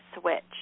switch